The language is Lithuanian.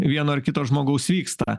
vieno ar kito žmogaus vyksta